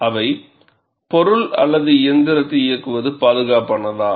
அவை பொருள் அல்லது இயந்திரத்தை இயக்குவது பாதுகாப்பானதா